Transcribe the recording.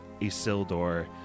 Isildur